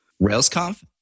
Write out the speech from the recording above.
RailsConf